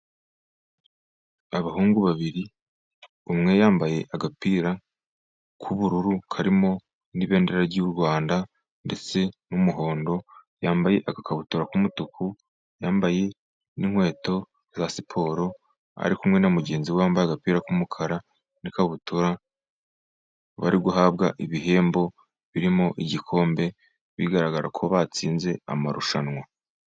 Abahungu babiri umwe yambaye agapira k'ubururu karimo n'ibendera ry'u Rwanda ndetse n'umuhondo, yambaye agakabutura k'umutuku yambaye n'inkweto za siporo. Ari kumwe na mugenzi we wambaye agapira k'umukara, n'ikabutura bari guhabwa ibihembo birimo igikombe bigaragara ko batsinze amarushanwa.